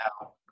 now